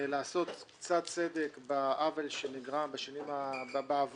לעשות קצת צדק לגבי העוול שנגרם בעבר